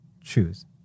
choose